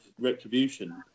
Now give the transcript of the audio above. retribution